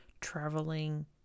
traveling